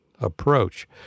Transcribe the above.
approach